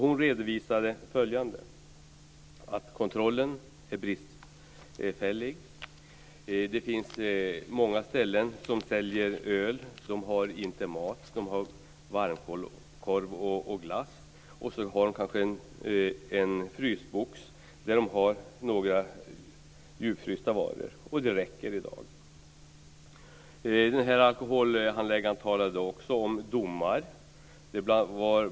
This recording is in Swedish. Hon redovisade att kontrollen är bristfällig. Det finns många ställen som säljer öl men som inte säljer mat. De säljer varm korv och glass och har kanske en frysbox med några djupfrysta varor. Det räcker i dag. Denna alkoholhandläggare talade också om domar.